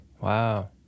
Wow